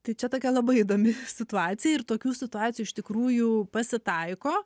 tai čia tokia labai įdomi situacija ir tokių situacijų iš tikrųjų pasitaiko